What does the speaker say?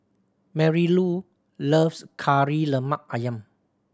Marylou loves Kari Lemak Ayam